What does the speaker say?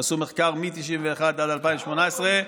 הם עשו מחקר מ-1991 עד 2018,